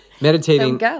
meditating